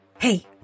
Hey